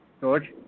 George